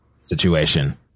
situation